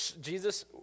Jesus